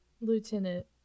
Lieutenant